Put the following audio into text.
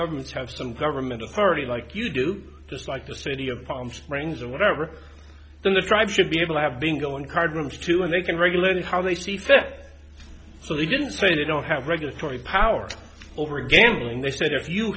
governments have some government authority like you do just like the city of palm springs or whatever then the tribe should be able to have been going card rooms too and they can regulate how they see fit so they didn't say they don't have regulatory power over again when they said if you